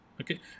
Okay